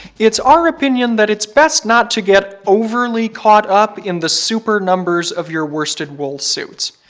it's our opinion that it's best not to get overly caught up in the super numbers of your worsted wool suits.